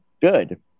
good